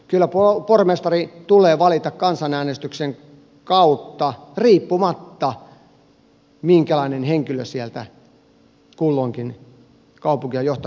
kyllä pormestari tulee valita kansanäänestyksen kautta riippumatta siitä minkälainen henkilö sieltä kulloinkin kaupunkia johtamaan tulisi